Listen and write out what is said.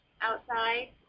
outside